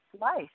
life